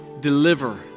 deliver